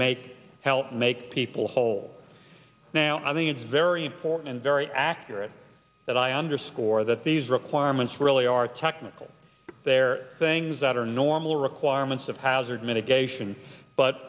help make people whole now i think it's very important and very accurate that i underscore that these requirements really are technical there are things that are normal requirements of hazard mitigation but